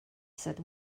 said